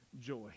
joy